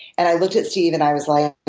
and i looked at steve and i was like,